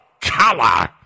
color